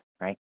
right